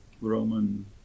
Roman